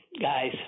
guys